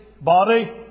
body